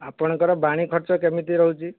ଆପଣଙ୍କର ବାଣୀ ଖର୍ଚ୍ଚ କେମିତି ରହୁଛି